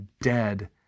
dead